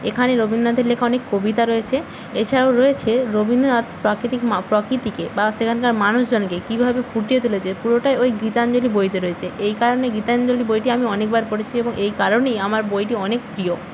এখানে রবীন্দ্রনাথের লেখা অনেক কবিতা রয়েছে এছাড়াও রয়েছে রবীন্দ্রনাথ প্রাকৃতিক প্রকৃতিকে বা সেখানকার মানুষজনকে কীভাবে ফুটিয়ে তুলেছে পুরোটাই ওই গীতাঞ্জলি বইতে রয়েছে এই কারণে গীতাঞ্জলি বইটি আমি অনেকবার পড়েছি এবং এই কারণেই আমার বইটি অনেক প্রিয়